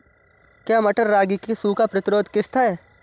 क्या मटर रागी की सूखा प्रतिरोध किश्त है?